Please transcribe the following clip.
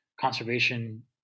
conservation